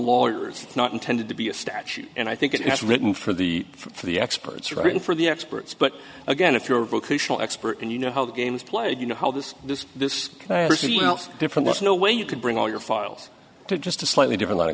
lawyers not intended to be a statute and i think it's written for the for the experts written for the experts but again if you're a vocational expert and you know how the game is played you know how this this this different no way you can bring all your files to just a slightly different